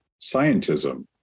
scientism